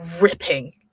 ripping